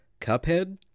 Cuphead